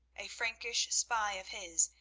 a frankish spy of his,